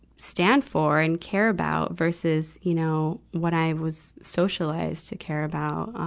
stand for and care about, versus, you know, what i was socialize to care about?